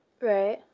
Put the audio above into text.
Right